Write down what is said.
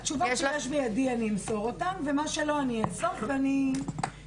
יש לך?